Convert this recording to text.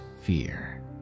fear